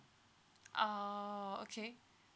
oh okay